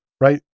right